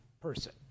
person